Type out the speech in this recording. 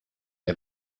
est